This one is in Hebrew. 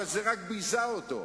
אבל זה רק ביזה אותו.